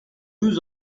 nous